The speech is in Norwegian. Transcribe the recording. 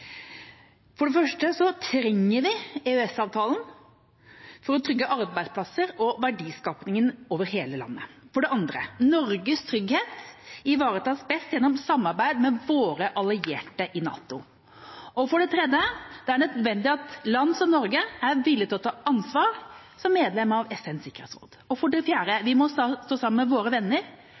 for å trygge arbeidsplasser og verdiskaping over hele landet. For det andre: Norges trygghet ivaretas best gjennom samarbeid med våre allierte i NATO. For det tredje: Det er nødvendig at land som Norge er villig til å ta ansvar som medlem av FNs sikkerhetsråd. Og for det fjerde: Vi må stå sammen med våre venner